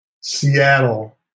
Seattle